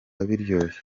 biryoshye